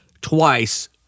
twice